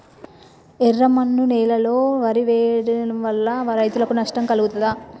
ఎర్రమన్ను నేలలో వరి వదిలివేయడం వల్ల రైతులకు నష్టం కలుగుతదా?